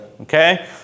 Okay